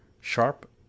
sharp